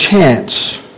chance